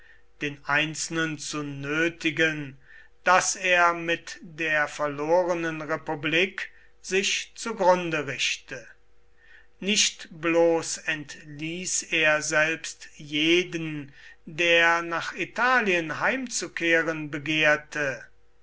den einzelnen zu nötigen daß er mit der verlorenen republik sich zugrunde richte nicht bloß entließ er selbst jeden der nach italien heimzukehren begehrte